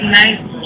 nice